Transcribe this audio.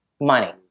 money